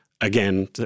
again